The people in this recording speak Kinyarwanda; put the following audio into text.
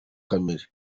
kamere